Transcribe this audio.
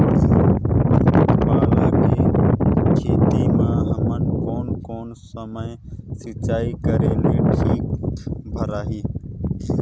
पाला के खेती मां हमन कोन कोन समय सिंचाई करेले ठीक भराही?